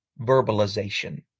Verbalization